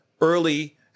early